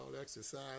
exercise